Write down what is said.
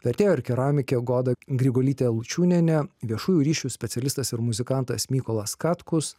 vertėja ir keramikė goda grigolytė lučiūnienė viešųjų ryšių specialistas ir muzikantas mykolas katkus